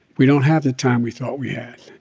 we don't have the time we thought we had.